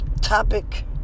topic